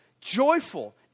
Joyful